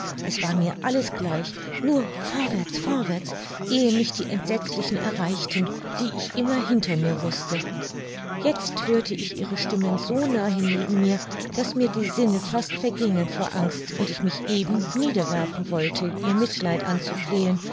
es war mir alles gleich nur vorwärts vorwärts ehe mich die entsetzlichen erreichten die ich immer hinter mir wußte jetzt hörte ich ihre stimmen so nahe neben mir daß mir die sinne fast vergingen vor angst und ich mich eben niederwerfen wollte ihr mitleid anzuflehen